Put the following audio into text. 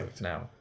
now